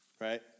right